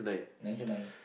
nine to nine